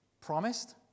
Promised